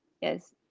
Yes